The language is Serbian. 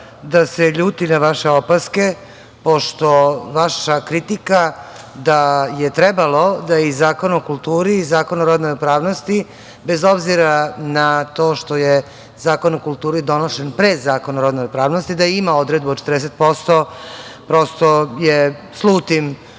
da se ljudi na vaše opaske pošto vaša kritika da je trebalo da i Zakon o kulturi i Zakon o rodnoj ravnopravnosti, bez obzira na to što je Zakon o kulturi donošen pre Zakona o rodnoj ravnopravnosti, da ima odredbu od 40% prosto je, slutim,